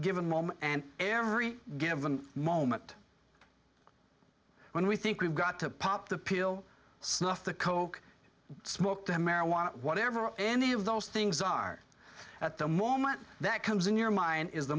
given moment and every given moment when we think we've got to pop the pill snuff the coke smoked marijuana whatever any of those things are at the moment that comes in your mind is the